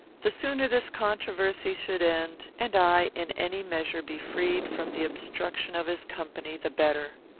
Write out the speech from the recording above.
the sooner this controversy should end, and i in any measure be freed from the obstruction of his company, the better.